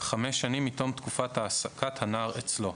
חמש שנים מתום תקופת העסקת הנער אצלו.